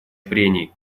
прений